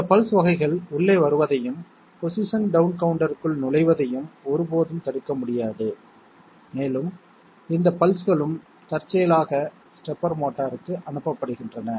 இந்த பல்ஸ் வகைகள் உள்ளே வருவதையும் பொசிஷன் டவுன் கவுண்டருக்குள் நுழைவதையும் ஒருபோதும் தடுக்க முடியாது மேலும் இந்த பல்ஸ்களும் தற்செயலாக ஸ்டெப்பர் மோட்டாருக்கு அனுப்பப்படுகின்றன